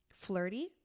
flirty